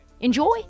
enjoy